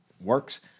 works